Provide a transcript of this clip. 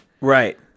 Right